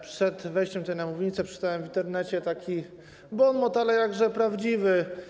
Przed wejściem tutaj, na mównicę, przeczytałem w Internecie bon mot, ale jakże prawdziwy.